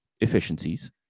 efficiencies